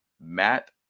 Matt